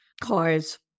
cars